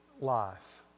life